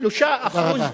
3% תודה רבה.